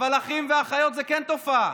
אבל אחים ואחיות זה כן תופעה,